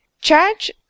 Charge